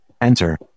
enter